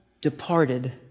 departed